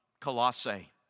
Colossae